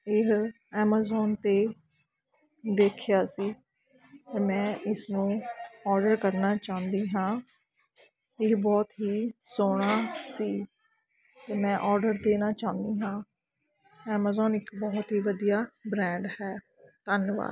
ਇਹ ਐਮਾਜ਼ੋਨ 'ਤੇ ਦੇਖਿਆ ਸੀ ਮੈਂ ਇਸਨੂੰ ਆਰਡਰ ਕਰਨਾ ਚਾਹੁੰਦੀ ਹਾਂ ਇਹ ਬਹੁਤ ਹੀ ਸੋਹਣਾ ਸੀ ਅਤੇ ਮੈਂ ਆਰਡਰ ਦੇਣਾ ਚਾਹੁੰਦੀ ਹਾਂ ਐਮਾਜ਼ੋਨ ਇੱਕ ਬਹੁਤ ਹੀ ਵਧੀਆ ਬ੍ਰੈਂਡ ਹੈ ਧੰਨਵਾਦ